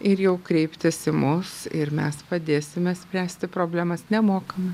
ir jau kreiptis į mus ir mes padėsime spręsti problemas nemokamai